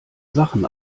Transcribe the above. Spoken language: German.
sachen